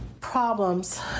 problems